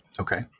Okay